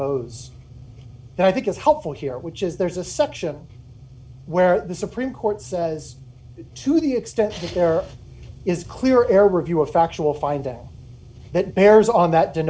now i think is helpful here which is there's a section where the supreme court says to the extent that there is clear air review or factual find that that bears on that the